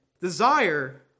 desire